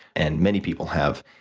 and many people have,